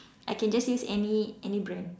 I can just use any any brand